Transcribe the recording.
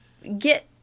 get